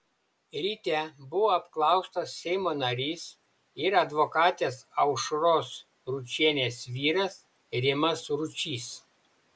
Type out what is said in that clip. ryte buvo apklaustas seimo narys ir advokatės aušros ručienės vyras rimas ručys